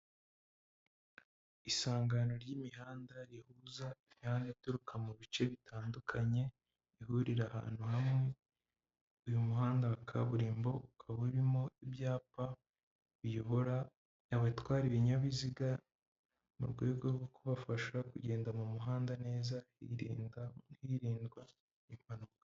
Isangano ry'imihanda rihuza imihanda ituruka mu bice bitandukanye ihurira ahantu hamwe, uyu muhanda wa kaburimbo ukaba urimo ibyapa biyobora abatwara ibinyabiziga, mu rwego rwo kubafasha kugenda mu muhanda neza hiririndwa impanuka.